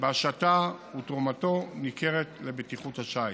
בהשטה ותרומתו ניכרת לבטיחות השיט.